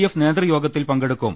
F നേതൃയോഗത്തിൽ പങ്കെടുക്കും